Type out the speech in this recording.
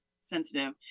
sensitive